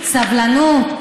סבלנות.